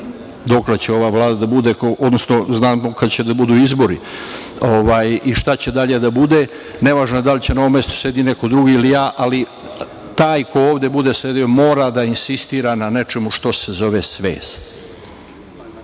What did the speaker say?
dokle će ova Vlada da bude, odnosno znamo da će biti izbori i šta će dalje da bude. Nevažno je da li će na mom mestu da sedi neko drugi ili ja, ali taj ko ovde bude sedeo mora da insistira na nečemu što se zove svest,